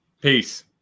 peace